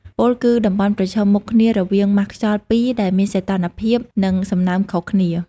ពោលគឺតំបន់ប្រឈមមុខគ្នារវាងម៉ាស់ខ្យល់ពីរដែលមានសីតុណ្ហភាព និងសំណើមខុសគ្នា។